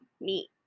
meat